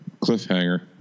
Cliffhanger